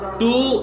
two